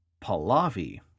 Pahlavi